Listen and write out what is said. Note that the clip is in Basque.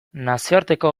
nazioarteko